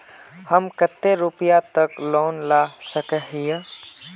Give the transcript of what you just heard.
हम कते रुपया तक लोन ला सके हिये?